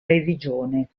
religione